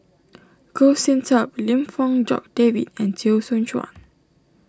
Goh Sin Tub Lim Fong Jock David and Teo Soon Chuan